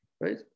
Right